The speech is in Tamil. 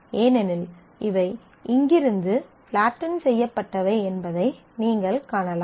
ஏனெனில் இவை இங்கிருந்து ஃப்லாட்டென் செய்ய பட்டவை என்பதை நீங்கள் காணலாம்